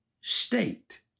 state